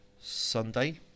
Sunday